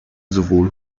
sowohl